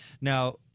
Now